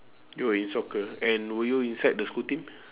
you were in soccer and were you inside the school team